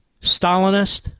Stalinist